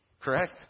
Correct